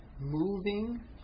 moving